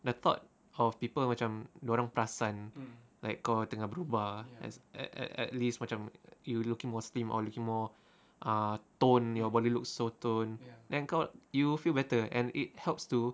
the thought of people macam dorang perasan like kau tengah berubah a~ a~ at least macam you looking more slim or looking more ah toned your body looks so toned then kau you'll feel better and it helps to